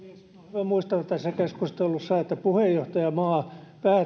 muistaa tässä keskustelussa että puheenjohtajamaa päättää